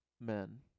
men